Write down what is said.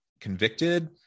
Convicted